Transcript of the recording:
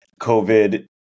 COVID